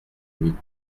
huit